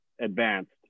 advanced